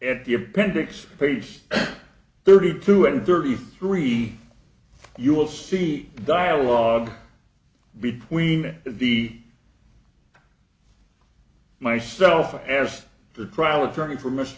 at the appendix page thirty two and thirty three you will see dialogue between the myself as the trial attorney for m